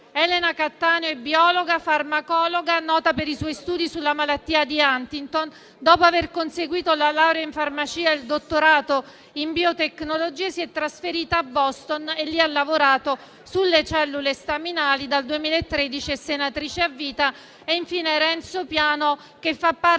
Elena Cattaneo è biologa e farmacologa, nota per i suoi studi sulla malattia di Huntington. Dopo aver conseguito la laurea in farmacia e il dottorato in biotecnologie, si è trasferita a Boston e lì ha lavorato sulle cellule staminali. Dal 2013 è senatrice a vita. Infine Renzo Piano, che fa parte